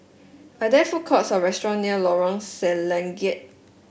are there food courts or restaurants near Lorong Selangat